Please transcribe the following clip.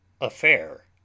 Affair